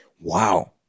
wow